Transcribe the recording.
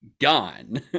Gone